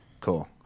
Cool